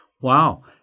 Wow